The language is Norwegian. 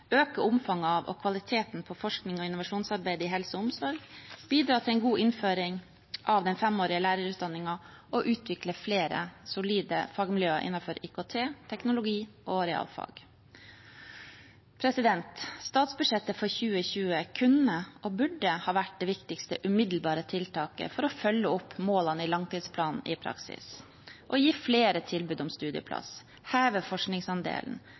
øke omfanget av og kvaliteten på forsknings- og innovasjonsarbeidet i helse og omsorg, bidra til en god innføring av den femårige lærerutdanningen og utvikle flere solide fagmiljøer innenfor IKT, teknologi og realfag. Statsbudsjettet for 2020 kunne og burde ha vært det viktigste umiddelbare tiltaket for å følge opp målene i langtidsplanen i praksis og gi flere tilbud om studieplass, heve forskningsandelen,